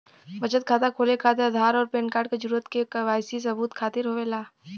बचत खाता खोले खातिर आधार और पैनकार्ड क जरूरत के वाइ सी सबूत खातिर होवेला